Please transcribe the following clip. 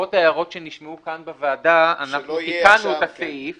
בעקבות ההערות שנשמעו כאן בוועדה אנחנו תיקנו את הסעיף